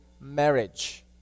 marriage